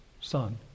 Son